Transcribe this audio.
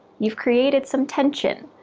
you've created some tension.